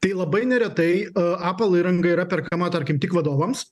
tai labai neretai apple ranga yra perkama tarkim tik vadovams